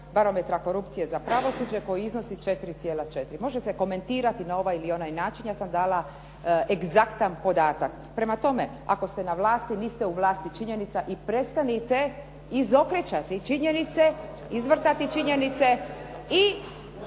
barometra korupcije za pravosuđe koji iznosi 4,4. Može se komentirati na ovaj ili onaj način. Ja sam dala egzaktan podatak. Prema tome, ako ste na vlasti, niste u vlasti činjenica i prestanite izokretati činjenice, izvrtati činjenice i